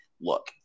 look